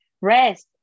rest